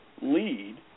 lead